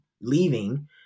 leaving